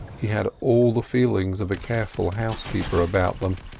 he had all the feelings of a careful housekeeper about them,